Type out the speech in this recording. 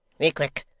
be quick,